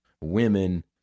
women